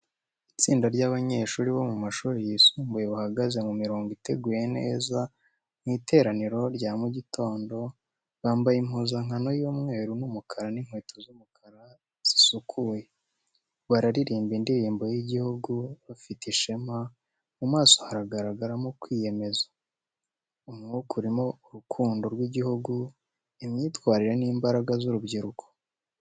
Itsinda ry’abanyeshuri bo mu mashuri yisumbuye bahagaze mu mirongo iteguye neza mu iteraniro rya mu gitondo, bambaye impuzankano y’umweru n’umukara n’inkweto z’umukara zisukuye. Baririmba indirimbo y’igihugu bafite ishema, mu maso hagaragaramo kwiyemeza. Umwuka urimo urukundo rw’igihugu, imyitwarire n’imbaraga z’urubyiruko.